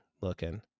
looking